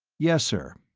yes, sir.